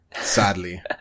Sadly